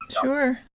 Sure